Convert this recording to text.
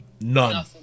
None